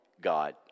God